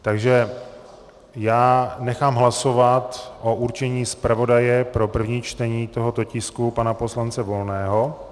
Takže já nechám hlasovat o určení zpravodaje pro první čtení tohoto tisku pana poslance Volného.